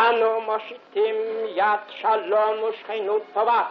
אנו מושיטים יד שלום ושכנות טובה